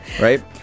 Right